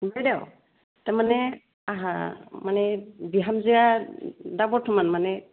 बायदेव थारमाने आंहा माने बिहामजोआ दा बर्थमान माने